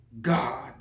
God